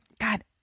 god